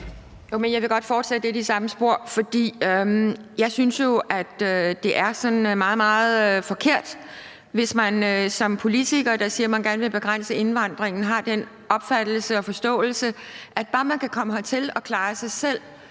Jeg vil godt fortsætte lidt i samme spor. For jeg synes jo, at det er sådan meget, meget forkert, hvis man som politiker siger, at man gerne vil begrænse indvandringen, men har den opfattelse og forståelse, at bare man kan komme hertil og klare sig selv,